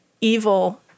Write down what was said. evil